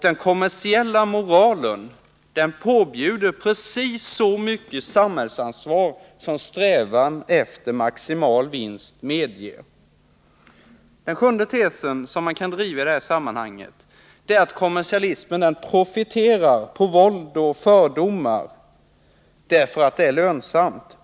Den kommersiella moralen påbjuder precis så mycket samhällsansvar som strävan efter maximal vinst medger. Den sjunde tesen som man kan driva i sammanhanget är att kommersialismen profiterar på våld och fördomar, därför att det är lönsamt.